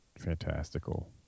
fantastical